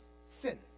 sin